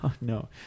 no